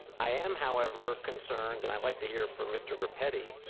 i am, however, concerned, and i'd like to hear from mr. groppetti,